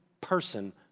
person